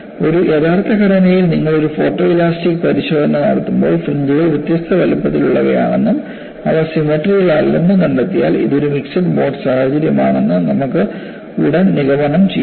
അതിനാൽ ഒരു യഥാർത്ഥ ഘടനയിൽ നിങ്ങൾ ഒരു ഫോട്ടോഇലാസ്റ്റിക് പരിശോധന നടത്തുമ്പോൾ ഫ്രിഞ്ച്കൾ വ്യത്യസ്ത വലുപ്പത്തിലുള്ളവയാണെന്നും അവ സിമട്രികളല്ലെന്നും കണ്ടെത്തിയാൽ ഇത് ഒരു മിക്സഡ് മോഡ് സാഹചര്യമാണെന്ന് നമുക്ക് ഉടൻ നിഗമനം ചെയ്യാം